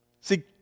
See